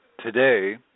today